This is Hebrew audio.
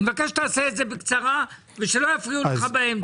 אני מבקש בקצרה ושלא יפריעו לך באמצע.